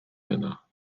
heno